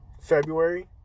February